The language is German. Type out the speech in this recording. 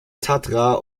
tatra